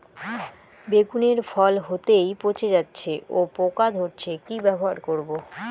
বেগুনের ফল হতেই পচে যাচ্ছে ও পোকা ধরছে কি ব্যবহার করব?